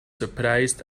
surprised